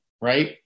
right